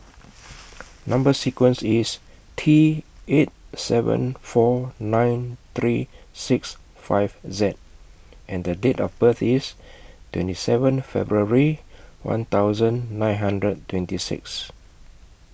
Number sequence IS T eight seven four nine three six five Z and Date of birth IS twenty seven February one thousand nine hundred twenty six